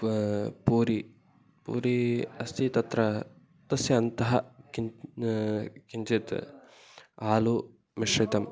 प पूरि पूरि अस्ति तत्र तस्य अन्तः किञ्च किञ्चित् आलू मिश्रितं